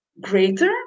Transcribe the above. greater